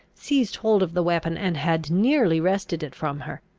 seized hold of the weapon, and had nearly wrested it from her.